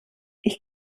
ich